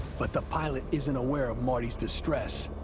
but the pilot isn't aware of marty's distress.